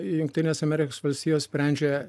jungtinės amerikos valstijos sprendžia